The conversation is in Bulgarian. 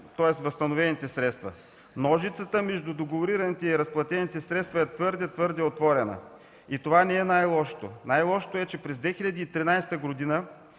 и с възстановените средства. Ножицата между договорираните и разплатени средства е твърде, твърде отворена. Това не е най-лошото. Най-лошото е, че през 2013 г.